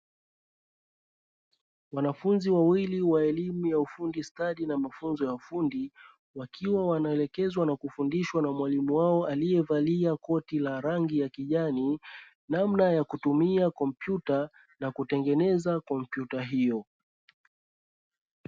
Wanafunzi wawili wa elimu ya ufundi stadi na mafunzo ya ufundi wakiwa wanaelekezwa na kufundishwa na mwalimu wao aliyevalia koti la rangi ya kijani namna ya kutumia kompyuta na kutengeneza kompyuta hiyo.